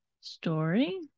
story